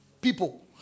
people